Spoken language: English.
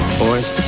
boys